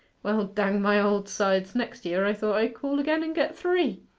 well, dang my old sides, next year i thought i'd call again and get three.